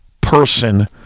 person